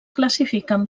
classifiquen